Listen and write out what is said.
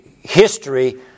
history